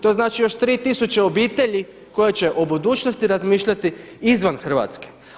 To znači još 3000 obitelji koje će o budućnosti razmišljati izvan Hrvatske.